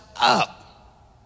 up